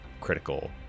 critical